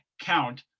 count